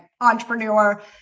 entrepreneur